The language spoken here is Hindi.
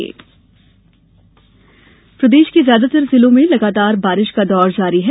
मौसम प्रदेश के ज्यादातर जिलों लगातार बारिश का दौर जारी है